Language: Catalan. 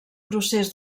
procés